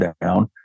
down